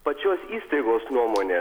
pačios įstaigos nuomonės